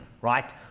right